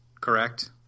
Correct